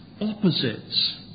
opposites